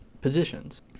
positions